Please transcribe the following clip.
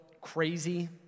crazy